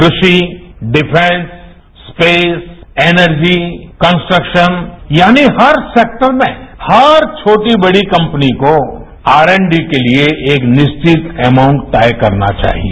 कृषि defence space energy construction यानि हर सेक्टर में हर छोटी बड़ी कंपनी को आर एंड डी के लिए एक निरिवत अमाउंट तय करना चाहिए